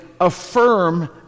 affirm